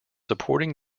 supporting